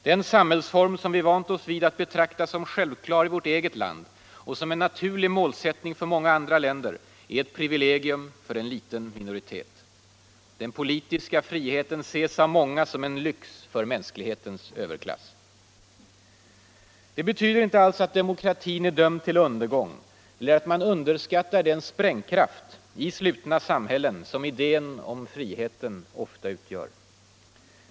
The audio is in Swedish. Den samhällsform, som vi vant oss vid att betrakta som självklar i vårt eget land och som naturlig målsättning för många andra länder, är ett privilegium för en liten minoritet. Den politiska friheten ses av många som en lyx för mänsklighetens överklass. Det betyder inte alls att demokratin är dömd till undergång eller att man underskattar den sprängkraft i slutna samhällen som idén:om friheten ofta utgör.